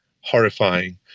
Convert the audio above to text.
horrifying